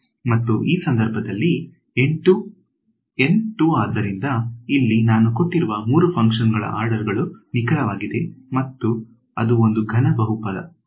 ಮತ್ತು ಈ ಸಂದರ್ಭದಲ್ಲಿ N 2 ಆದ್ದರಿಂದ ಇಲ್ಲಿ ನಾನು ಕೊಟ್ಟಿರುವ 3 ಫಂಕ್ಷನ್ಗಳ ಆರ್ಡರ್ ಗಳು ನಿಖರವಾಗಿದೆ ಮತ್ತು ಅದು ಒಂದು ಘನ ಬಹುಪದ